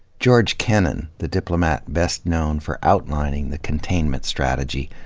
george kennan, the diplomat best known for outlining the containment strategy,